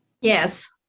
Yes